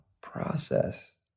process